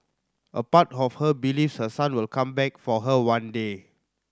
a part of her believes her son will come back for her one day